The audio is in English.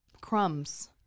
Crumbs